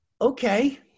Okay